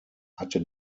hatte